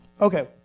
Okay